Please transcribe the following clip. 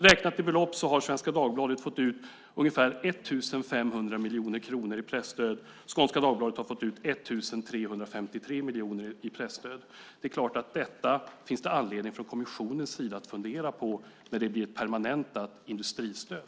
Räknat i pengar har Svenska Dagbladet fått ut ungefär 1 500 miljoner kronor i presstöd. Skånska Dagbladet har fått 1 353 miljoner i presstöd. Det är klart att det finns anledning för kommissionen att fundera på detta när det blir ett permanentat industristöd.